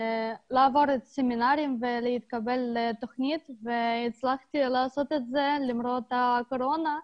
את הסמינרים ולהתקבל לתוכנית ואכן הצלחתי לעשות זאת למרות הקורונה.